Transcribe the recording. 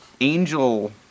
Angel